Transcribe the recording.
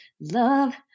love